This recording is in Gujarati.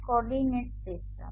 coordinate system